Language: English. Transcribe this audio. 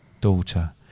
daughter